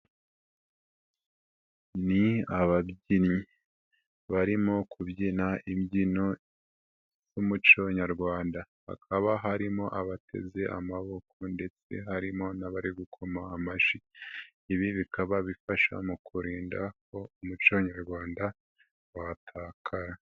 Ni ababyinnyi barimo kubyina imbyino z'umuco nyarwanda, hakaba harimo abateze amaboko ndetse harimo n'abari gukoma amashyi. Ibi bikaba bifasha mu kurinda ko umuco nyarwanda watakara.